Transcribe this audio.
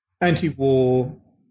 anti-war